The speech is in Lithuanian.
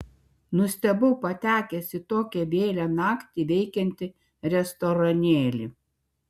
nustebau patekęs į tokią vėlią naktį veikiantį restoranėlį